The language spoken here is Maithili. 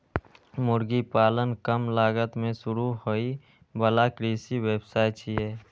मुर्गी पालन कम लागत मे शुरू होइ बला कृषि व्यवसाय छियै